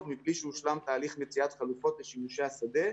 מבלי שהושלם תהליך מציאת חלופות לשימושי השדה.